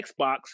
Xbox